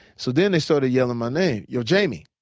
so then they started yelling my name. yo, jamie!